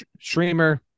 Streamer